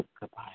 goodbye